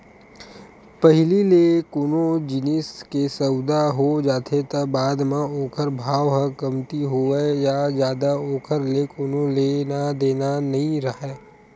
पहिली ले कोनो जिनिस के सउदा हो जाथे त बाद म ओखर भाव ह कमती होवय या जादा ओखर ले कोनो लेना देना नइ राहय